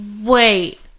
Wait